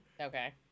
Okay